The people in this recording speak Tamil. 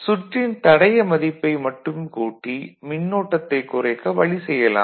சுற்றின் தடைய மதிப்பை மட்டும் கூட்டி மின்னோட்டத்தைக் குறைக்க வழி செய்யலாம்